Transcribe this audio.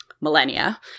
millennia